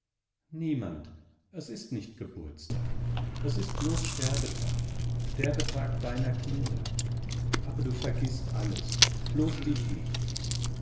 niemand es ist nicht geburtstag es ist blos sterbetag sterbetag deiner kinder aber du vergißt alles blos dich nicht